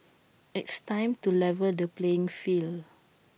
it's time to level the playing field